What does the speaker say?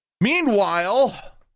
Meanwhile